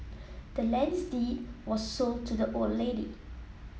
the land's deed was sold to the old lady